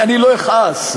אני לא אכעס.